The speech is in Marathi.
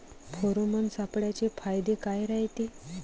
फेरोमोन सापळ्याचे फायदे काय रायते?